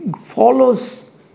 follows